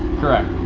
correct.